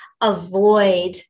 avoid